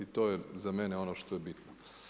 I to je za mene ono što je bitno.